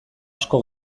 asko